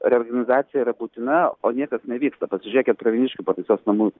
reorganizacija yra būtina o niekas nevyksta pasižiūrėkit pravieniškių pataisos namų